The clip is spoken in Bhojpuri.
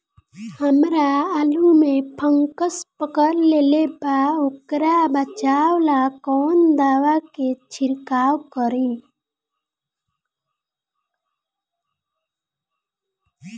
हमरा आलू में फंगस पकड़ लेले बा वोकरा बचाव ला कवन दावा के छिरकाव करी?